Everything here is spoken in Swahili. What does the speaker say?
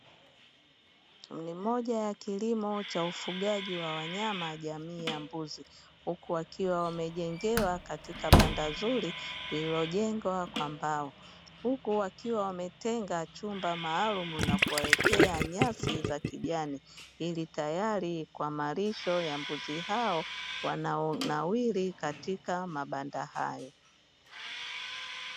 Ni moja ya kilimo cha ufugaji wa wanyama jamii ya mbuzi, huku wakiwa wamejengewa katika banda zuri lililojengwa kwa mbao, huku wakiwa wametenga chumba maalumu na kuwawekea nyasi za kijani ili tayari kwa malisho ya mbuzi hao wanaonawiri katika mabanda hayo.